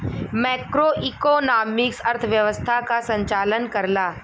macroeconomics अर्थव्यवस्था क संचालन करला